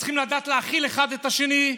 צריך לדעת להכיל אחד את השני,